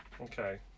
Okay